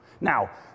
Now